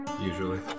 Usually